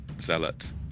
zealot